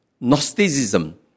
Gnosticism